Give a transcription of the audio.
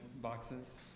boxes